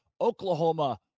Oklahoma